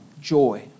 joy